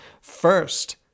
First